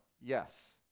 Yes